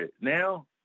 Now